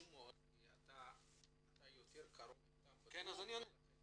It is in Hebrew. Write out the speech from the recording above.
אבל אתה יותר קרוב איתם בתחום --- אז אני עונה.